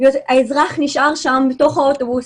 האזרח נשאר בתוך האוטובוס,